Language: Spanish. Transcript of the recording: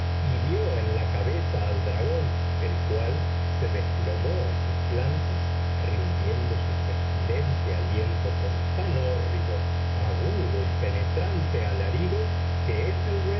hirió en la cabeza al dragón el cual se desplomó a sus plantas rindiendo su pestilente aliento con tan hórrido agudo y penetrante alarido que éthelred se